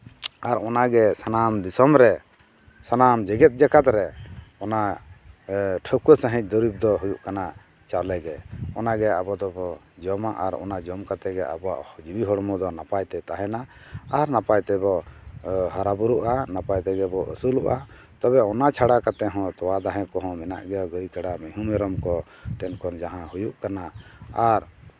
ᱟᱨ ᱚᱱᱟ ᱜᱮ ᱥᱟᱱᱟᱢ ᱫᱤᱥᱚᱢ ᱨᱮ ᱥᱟᱱᱟᱢ ᱡᱮᱜᱮᱛ ᱡᱟᱠᱟᱛ ᱨᱮ ᱚᱱᱟ ᱴᱷᱟᱹᱣᱠᱟᱹ ᱥᱟᱺᱦᱤᱡ ᱫᱚᱨᱤᱵ ᱫᱚ ᱦᱩᱭᱩᱜ ᱠᱟᱱᱟ ᱪᱟᱣᱞᱮ ᱜᱮ ᱚᱱᱟᱜᱮ ᱟᱵᱚ ᱫᱚᱵᱚ ᱡᱚᱢᱟ ᱟᱨ ᱚᱱᱟ ᱡᱚᱢ ᱠᱟᱛᱮ ᱜᱮ ᱟᱵᱚᱣᱟᱜ ᱡᱤᱣᱤ ᱦᱚᱲᱢᱚ ᱫᱚ ᱱᱟᱯᱟᱭᱛᱮ ᱛᱟᱦᱮᱱᱟ ᱟᱨ ᱱᱟᱯᱟᱭᱛᱮ ᱵᱚ ᱦᱟᱨᱟᱼᱵᱩᱨᱩᱜᱼᱟ ᱱᱟᱯᱟᱭ ᱛᱮᱜᱮ ᱵᱚ ᱟᱹᱥᱩᱞᱚᱜᱼᱟ ᱛᱚᱵᱮ ᱚᱱᱟ ᱪᱷᱟᱲᱟ ᱠᱟᱛᱮ ᱦᱚᱸ ᱛᱳᱣᱟ ᱫᱟᱦᱮᱸ ᱠᱚ ᱦᱚᱸ ᱢᱮᱱᱟᱜ ᱜᱮᱭᱟ ᱜᱟᱹᱭ ᱠᱟᱲᱟ ᱢᱮᱦᱩ ᱢᱮᱨᱚᱢ ᱠᱚ ᱩᱱᱠᱩ ᱴᱷᱮᱱ ᱠᱷᱚᱱ ᱡᱟᱦᱟᱸ ᱦᱩᱭᱩᱜ ᱠᱟᱱᱟ ᱟᱨ